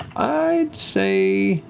i'd say.